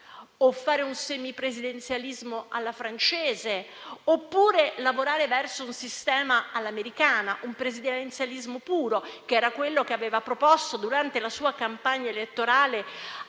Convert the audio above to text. un semipresidenzialismo alla francese, oppure lavorare verso un sistema all'americana, un presidenzialismo puro, come aveva proposto durante la sua campagna elettorale la